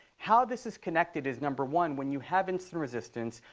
how this is connected is number one. when you have insulin resistance,